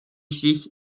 sich